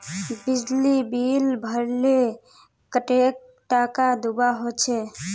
बिजली बिल भरले कतेक टाका दूबा होचे?